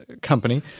company